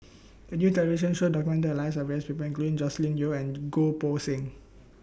A New television Show documented The Lives of various People including Joscelin Yeo and Goh Poh Seng